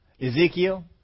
Ezekiel